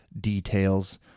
details